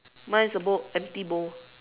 mine is a bowl a empty bowl